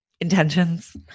intentions